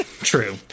true